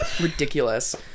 Ridiculous